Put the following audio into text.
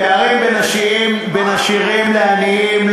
הפערים בין עשירים לעניים,